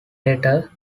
latter